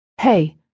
Hey